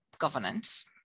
governance